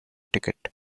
ticket